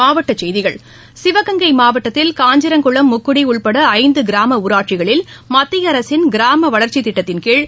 மாவட்டச்செய்திகள் சிவகங்கை மாவட்டத்தில் காஞ்சிரங்குளம் முக்குடி உள்பட ஐந்து கிராம ஊராட்சிகளில் மத்திய அரசின் கிராம வளர்ச்சித் திட்டத்தின்கீழ்